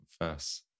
first